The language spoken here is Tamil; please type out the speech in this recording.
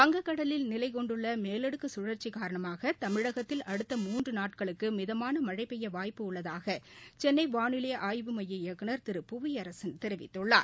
வங்கக்கடலில் நிலை கொண்டுள்ள மேலடுக்கு சுழற்சி காரணமாக தமிழகத்தில் அடுத்த மூன்று நாட்களுக்கு மிதமான மழை பெய்ய வாய்ப்பு உள்ளதாக சென்னை வாளிலை ஆய்வு மைய இயக்குநர் திரு புவியரசன் தெரிவித்துள்ளார்